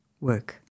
work